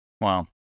Wow